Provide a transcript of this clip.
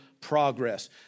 progress